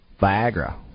Viagra